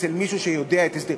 אצל מי שיודע את ההסדר.